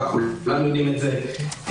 וכולם יודעים את זה במשטרה.